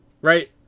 right